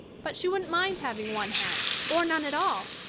but she wouldn't mind having one hat or none at all,